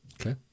Okay